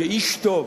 כאיש טוב,